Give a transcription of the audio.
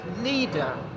leader